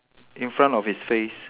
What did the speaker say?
in front of his face